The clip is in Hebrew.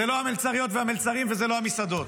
זה לא המלצריות והמלצרים וזה לא המסעדות,